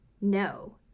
No